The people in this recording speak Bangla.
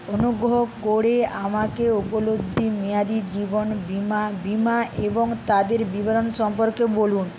অনুগ্রহ করে আমাকে উপলব্ধ মেয়াদি জীবন বীমা বীমা এবং তাদের বিবরণ সম্পর্কে বলুন